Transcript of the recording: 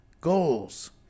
Goals